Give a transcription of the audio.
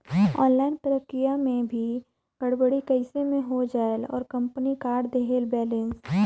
Online प्रक्रिया मे भी गड़बड़ी कइसे मे हो जायेल और कंपनी काट देहेल बैलेंस?